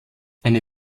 eine